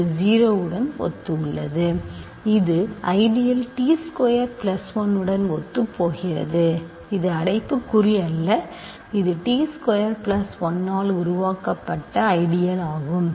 இது 0 உடன் ஒத்துள்ளது இது ஐடியல் t ஸ்கொயர் பிளஸ் 1 உடன் ஒத்துப்போகிறது இது அடைப்புக்குறி அல்ல இது t ஸ்கொயர் பிளஸ் 1 ஆல் உருவாக்கப்பட்ட ஐடியல் ஆகும்